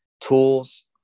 tools